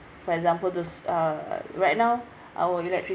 for example those uh right now our electric